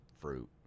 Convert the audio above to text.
fruit